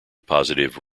positive